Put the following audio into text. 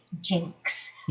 jinx